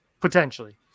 potentially